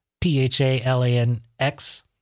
P-H-A-L-A-N-X